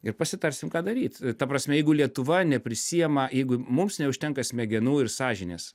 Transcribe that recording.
ir pasitarsim ką daryt ta prasme jeigu lietuva neprisiema jeigu mums neužtenka smegenų ir sąžinės